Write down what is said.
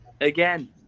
Again